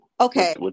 Okay